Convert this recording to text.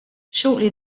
shortly